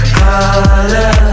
color